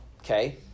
okay